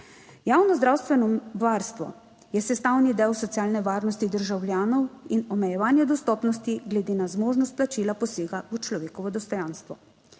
Javno zdravstveno varstvo je sestavni del socialne varnosti državljanov in omejevanje dostopnosti glede na zmožnost plačila posega v človekovo dostojanstvo.